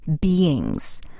beings